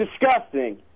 disgusting